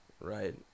right